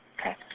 Okay